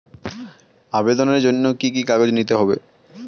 আবেদনের জন্য কি কি কাগজ নিতে হবে?